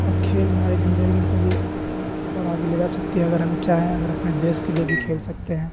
اور کھیل ہماری زندگی کو بھی اور آگے لے جا سکتی ہے اگر ہم چاہیں اگر اپنے دیش کے لیے بھی کھیل سکتے ہیں